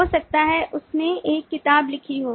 हो सकता है उसने एक किताब लिखी हो